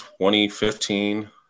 2015